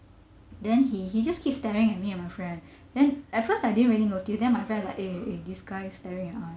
then he he just keeps staring at me and my friend then at first I didn't really notice then my friend was like eh eh this guy staring at us